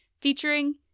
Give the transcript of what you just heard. featuring